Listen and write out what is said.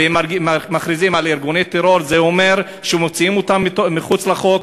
ואם מכריזים עליהם כארגוני טרור זה אומר שמוציאים אותם מחוץ לחוק,